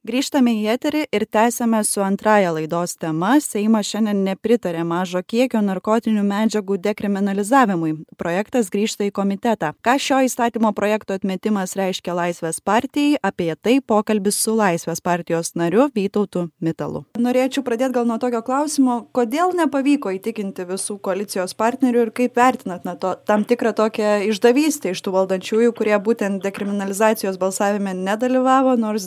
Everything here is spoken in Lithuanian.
grįžtame į eterį ir tęsiame su antrąja laidos tema seimas šiandien nepritarė mažo kiekio narkotinių medžiagų dekriminalizavimui projektas grįžta į komitetą ką šio įstatymo projekto atmetimas reiškia laisvės partijai apie tai pokalbis su laisvės partijos nariu vytautu mitalu norėčiau pradėt gal nuo tokio klausimo kodėl nepavyko įtikinti visų koalicijos partnerių ir kaip vertinat na to tam tikrą tokią išdavystę iš tų valdančiųjų kurie būtent dekriminalizacijos balsavime nedalyvavo nors